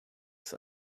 des